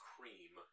Cream